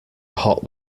hot